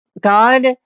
God